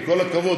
עם כל הכבוד,